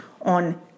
on